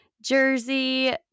Jersey